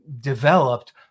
developed